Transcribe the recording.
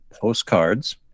postcards